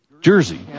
Jersey